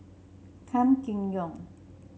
Gan Kim Yong